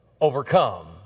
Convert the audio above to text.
overcome